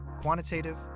quantitative